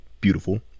beautiful